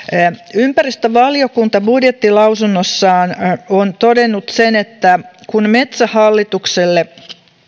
ympäristövaliokunta budjettilausunnossaan on todennut sen että kun metsähallitukselle